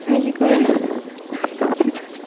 হেৰি কৰে পিছত